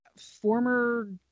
former